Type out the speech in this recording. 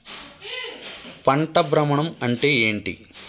పంట భ్రమణం అంటే ఏంటి?